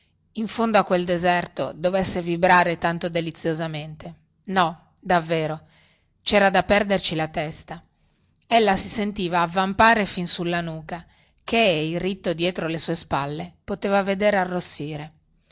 in fondo a quel deserto dovesse vibrare tanto deliziosamente no davvero cera da perderci la testa ella si sentiva avvampare fin sulla nuca che ei ritto dietro le sue spalle poteva vedere arrossire